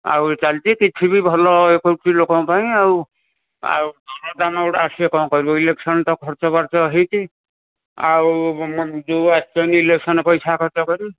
ଆଉ ଚାଲିଛି କିଛି ବି ଭଲ ଇଏ କରୁଛି ଲୋକଙ୍କ ପାଇଁ ଆଉ ଆଉ ଦରଦାମ ଗୋଟେ ଆସିବ କ'ଣ କରିବୁ ଇଲେକ୍ସନ ତ ଖର୍ଚ୍ଚ ବାର୍ଚ୍ଚ ହୋଇଛି ଆଉ ଯୋଉ ଆସିଛନ୍ତି ଇଲେକ୍ସନ ପଇସା ଖର୍ଚ୍ଚ କରି